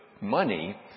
money